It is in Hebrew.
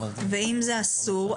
ואם זה אסור,